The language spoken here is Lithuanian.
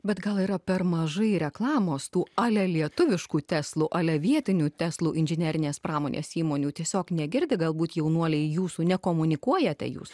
bet gal yra per mažai reklamos tų ale lietuviškų teslų ale vietinių teslų inžinerinės pramonės įmonių tiesiog negirdi galbūt jaunuoliai jūsų ne komunikuojate jūs